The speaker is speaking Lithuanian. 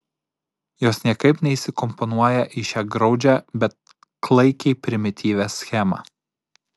jos niekaip neįsikomponuoja į šią graudžią bet klaikiai primityvią schemą